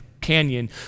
Canyon